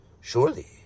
surely